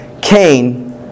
Cain